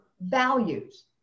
values